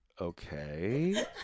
okay